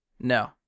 No